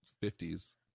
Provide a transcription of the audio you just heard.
fifties